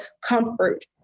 comfort